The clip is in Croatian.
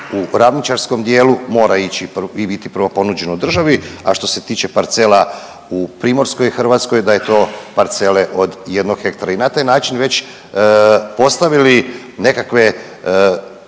u ravničarskom dijelu mora ići i biti ponuđeno državi, a što se tiče parcela u primorskoj Hrvatskoj da je to parcele od 1 hektara. I na taj način već postavili nekakve